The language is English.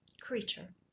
creature